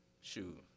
Shoot